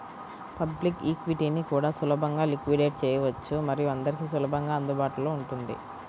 public ఈక్విటీని కూడా సులభంగా లిక్విడేట్ చేయవచ్చు మరియు అందరికీ సులభంగా అందుబాటులో ఉంటుంది